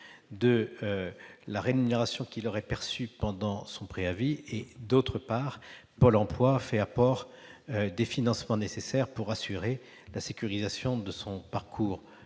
de la rémunération qu'il aurait perçue pendant son préavis. D'autre part, Pôle emploi fait apport des financements nécessaires pour assurer la sécurisation de son parcours professionnel.